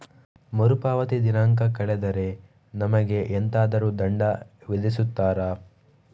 ಮರುಪಾವತಿ ದಿನಾಂಕ ಕಳೆದರೆ ನಮಗೆ ಎಂತಾದರು ದಂಡ ವಿಧಿಸುತ್ತಾರ?